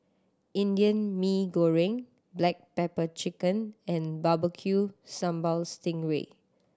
Indian Mee Goreng black pepper chicken and Barbecue Sambal sting ray